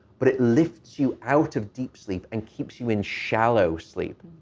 but it lifts you out of deep sleep and keeps you in shallow sleep.